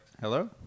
Hello